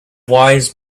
wise